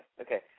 okay